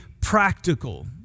practical